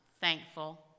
Thankful